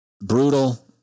brutal